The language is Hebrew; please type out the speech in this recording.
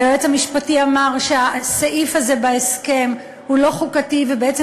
היועץ המשפטי אמר שהסעיף הזה בהסכם הוא לא חוקתי ובעצם